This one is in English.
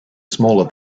smaller